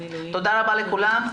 תודה רבה לכולם.